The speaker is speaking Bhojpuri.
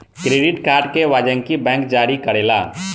क्रेडिट कार्ड के वाणिजयक बैंक जारी करेला